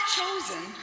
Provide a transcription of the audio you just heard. chosen